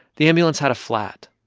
the ambulance had a flat.